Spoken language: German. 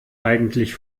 eigentlich